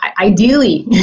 ideally